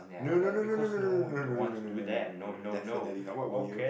no no no no no no no no no no no no definitely not what would you